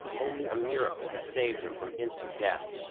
only a miracle had saved him from instant death.